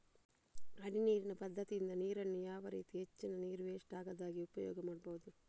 ಹನಿ ನೀರಿನ ಪದ್ಧತಿಯಿಂದ ನೀರಿನ್ನು ಯಾವ ರೀತಿ ಹೆಚ್ಚಿನ ನೀರು ವೆಸ್ಟ್ ಆಗದಾಗೆ ಉಪಯೋಗ ಮಾಡ್ಬಹುದು?